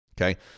Okay